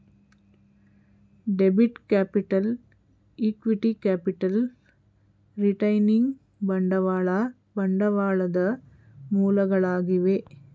debit capital, equity capital, retaining ಬಂಡವಾಳ ಬಂಡವಾಳದ ಮೂಲಗಳಾಗಿವೆ